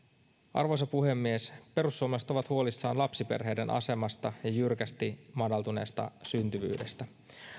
arvoisa puhemies perussuomalaiset ovat huolissaan lapsiperheiden asemasta ja jyrkästi madaltuneesta syntyvyydestä